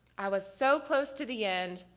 i was so close to the end,